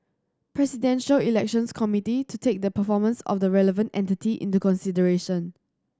Presidential Elections Committee to take the performance of the relevant entity into consideration